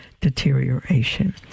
deterioration